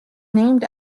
named